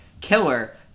killer